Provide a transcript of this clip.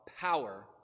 power